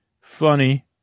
funny